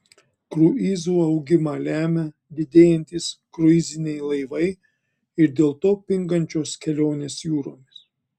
kruizų augimą lemia didėjantys kruiziniai laivai ir dėl to pingančios kelionės jūromis